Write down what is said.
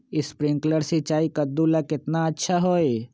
Sprinkler सिंचाई कददु ला केतना अच्छा होई?